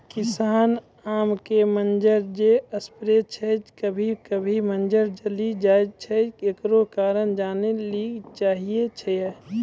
किसान आम के मंजर जे स्प्रे छैय कभी कभी मंजर जली जाय छैय, एकरो कारण जाने ली चाहेय छैय?